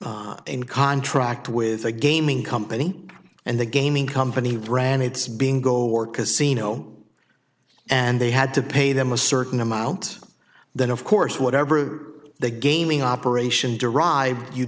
was in contract with a gaming company and the gaming company ran its being go or casino and they had to pay them a certain amount then of course whatever the gaming operation derived you